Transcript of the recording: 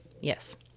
yes